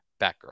Batgirl